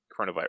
coronavirus